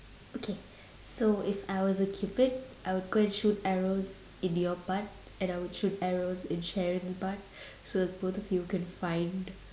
okay so if I was a cupid I would go and shoot arrows in your butt and I would shoot arrows in Sharon's butt so both of you can find